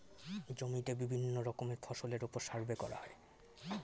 জমিতে বিভিন্ন রকমের ফসলের উপর সার্ভে করা হয়